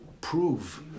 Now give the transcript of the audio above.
prove